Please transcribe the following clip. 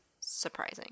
surprising